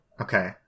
Okay